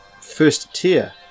first-tier